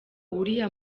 uriya